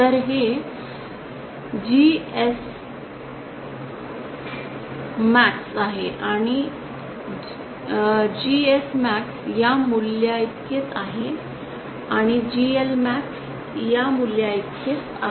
तर हे GS max आहे आणि जी मॅक्स या मूल्याइतकेच आहे आणि जीएल मॅक्स या मूल्याइतकेच आहे